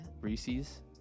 Reese's